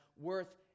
worth